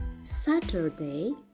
Saturday